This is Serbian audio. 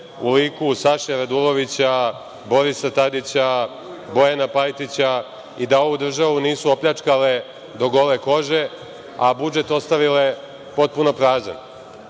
u liku Saše Radulovića, Borisa Tadića, Bojana Pajtića i da ovu državu nisu opljačkale do „gole kože“, a budžet ostavile potpuno